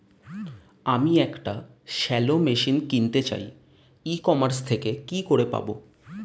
আমি একটি shallow machine কিনতে চাই ই কমার্স থেকে কি করে পাবো?